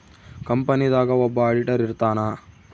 company ದಾಗ ಒಬ್ಬ auditor ಇರ್ತಾನ